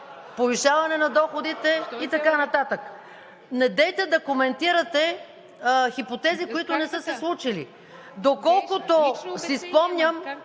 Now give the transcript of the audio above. повишаване на доходите и така нататък. Недейте да коментирате хипотези, които не са се случили. Доколкото си спомням,